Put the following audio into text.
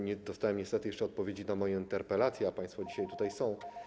Nie dostałem niestety jeszcze odpowiedzi na moją interpelację, a państwo dzisiaj tutaj są.